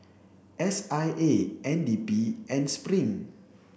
S I A N D P and Spring